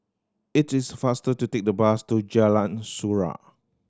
it is faster to take the bus to Jalan Surau